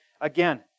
again